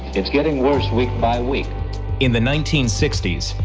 it's getting worse week by week in the nineteen sixty s,